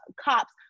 cops